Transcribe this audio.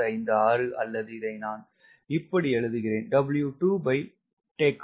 956 அல்லது இதை நான் இப்படி எழுதுகிறேன் ஆனது 0